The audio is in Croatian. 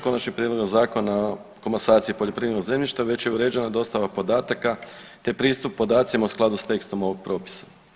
Konačnim prijedlogom Zakona o komasaciji poljoprivrednog zemljišta već je uređena dostava podataka, te pristup podacima u skladu s tekstom ovog propisa.